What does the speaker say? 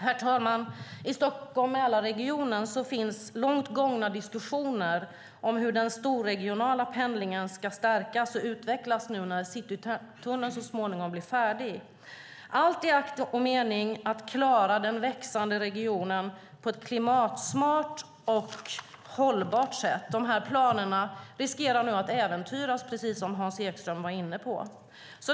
Herr talman! I Stockholm-Mälardalsregionen finns långt gångna diskussioner om hur den storregionala pendlingen ska stärkas och utvecklas när Citytunneln så småningom blir färdig, allt i akt och mening att klara den växande regionen på ett klimatsmart och hållbart sätt. Dessa planer riskerar nu att äventyras, precis som Hans Ekström var inne på.